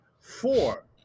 four